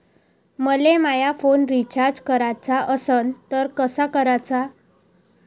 मले माया phone recharge कराचा असन तर कसा कराचा?